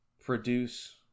produce